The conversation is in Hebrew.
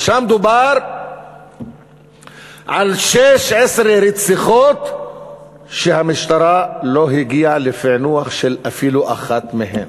ושם דובר על 16 רציחות שהמשטרה לא הגיעה לפענוח אפילו של אחת מהן.